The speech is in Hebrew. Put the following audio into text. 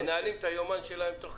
בכמה טסטים מפוקחים יצטרך לחכות קצת